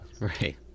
right